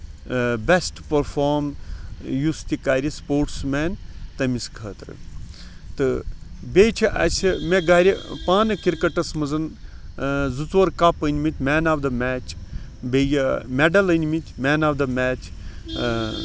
اۭں best perform یُس تہِ کرِ سُپوٹس مین تٔمِس خٲطرٕ تہٕ بیٚیہِ چھِ اَسہِ مےٚ گرِ پانہٕ کِرکَٹس منٛز زٕ ژور کَپ أنمٕتۍ مین آف د میچ بیٚیہِ میڈَل أنمٕتۍ مین آف دِ میچ إں